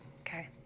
Okay